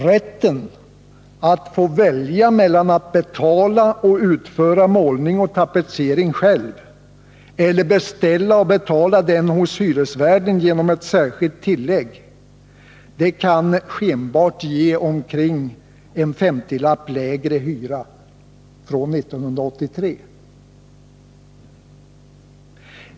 ”Rätten” att välja mellan att betala och utföra målning och tapetsering själv eller beställa och betala den hos hyresvärden genom ett särskilt tillägg kan skenbart ge omkring en femtiolapp lägre hyra från 1983.